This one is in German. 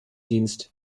dienst